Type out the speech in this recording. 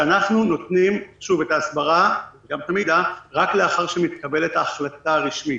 שאנחנו נותנים את ההסברה ואתה מידע רק לאחר שמתקבלת ההחלטה הרשמית.